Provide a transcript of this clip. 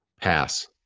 pass